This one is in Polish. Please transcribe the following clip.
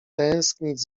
tęsknić